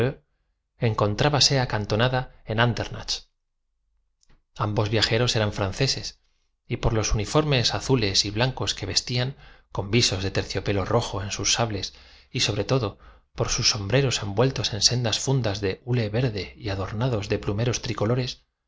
escritores que se olvidan de poner en la portada por los uniformes azules y blancos que vestían con visos de terciopelo de sus libros traducido del alemán rojo en sus sables y sobre todo por sus sombreros envueltos en sendas fundas de hule verde y adornados de plumeros tricolores